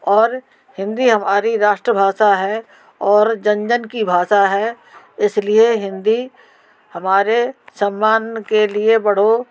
और हिन्दी हमारी राष्ट्र भाषा है और जन जन की भाषा है इस लिए हिन्दी हमारे सम्मान के लिए बढ़ी